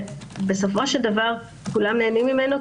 בסופו של דבר כולם נהנים ממנו,